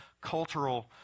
cultural